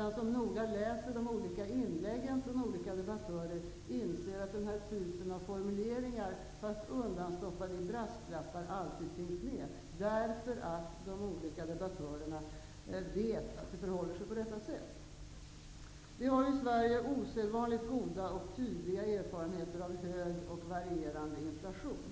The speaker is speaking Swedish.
Den som noga läser inläggen från de olika debattörerna inser att den här typen av formuleringar, fast undanstoppade i brasklappar, alltid finns med, därför att de olika debattörerna vet att det förhåller sig på detta sätt. Vi har i Sverige osedvanligt goda och tydliga erfarenheter av hög och varierande inflation.